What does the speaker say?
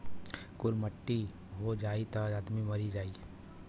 कुल मट्टी हो जाई त आदमी मरिए जाई